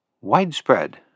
widespread